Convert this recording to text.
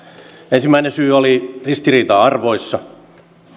ensimmäinen syy oli ristiriita arvoissa